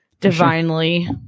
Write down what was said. divinely